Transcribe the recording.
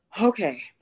okay